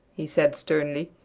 he said sternly,